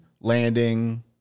landing